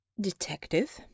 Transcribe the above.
Detective